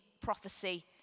prophecy